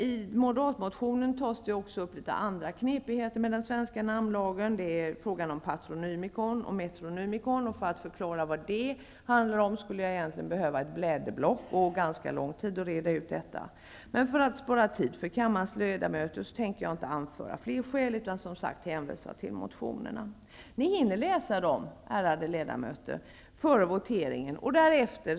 I moderatmotionen tas det upp en del andra knepigheter i den svenska namnlagen, nämligen frågan om patronymikon och metronymikon. För att förklara vad det är skulle jag behöva ett blädderblock och gott om tid. Men för att spara tid för kammarens ledamöter tänker jag inte anföra fler skäl utan hänvisar till motionerna. Ni hinner läsa dem före voteringen, ärade ledamöter.